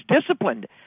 disciplined